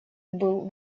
был